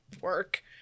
work